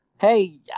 Hey